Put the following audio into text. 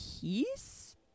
peace